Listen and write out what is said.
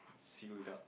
sealed up